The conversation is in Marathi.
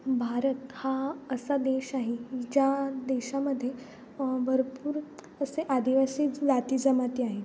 भारत हा असा देश आहे ज्या देशामध्ये भरपूर असे आदिवासी जातीजमाती आहे